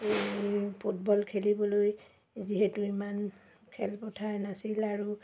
football খেলিবলৈ যিহেতু ইমান খেলপথাৰ নাছিল আৰু